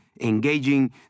engaging